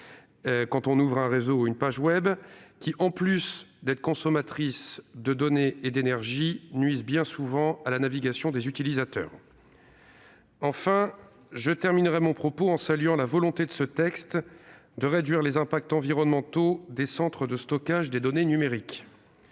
à l'ouverture d'un réseau ou d'une page web, en plus d'être consommatrices de données et d'énergie, nuisent bien souvent à la navigation des utilisateurs. Enfin, je terminerai mon propos en saluant la volonté des auteurs de ce texte de réduire les impacts environnementaux des centres de stockage des données numériques.